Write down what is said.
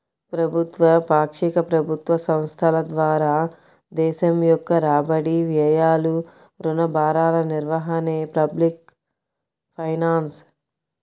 ప్రభుత్వ, పాక్షిక ప్రభుత్వ సంస్థల ద్వారా దేశం యొక్క రాబడి, వ్యయాలు, రుణ భారాల నిర్వహణే పబ్లిక్ ఫైనాన్స్